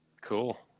Cool